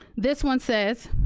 this one says,